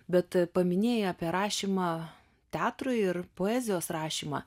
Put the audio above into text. bet paminėjai apie rašymą teatrui ir poezijos rašymą